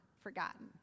forgotten